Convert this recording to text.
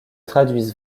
traduisent